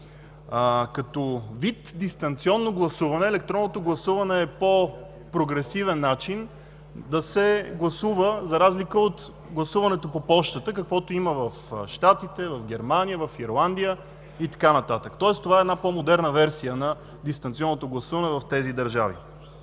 Като вид дистанционно гласуване, електронното гласуване е по-прогресивен начин да се гласува, за разлика от гласуването по пощата, каквото има в Щатите, в Германия, в Ирландия и така нататък. Тоест това е една по-модерна версия на дистанционното гласуване в тези държави.